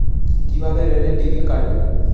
কিভাবে রেলের টিকিট কাটব?